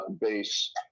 base